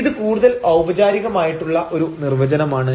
ഇത് കൂടുതൽ ഔപചാരികമായിട്ടുള്ള ഒരു നിർവചനമാണ്